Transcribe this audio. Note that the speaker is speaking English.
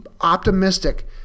optimistic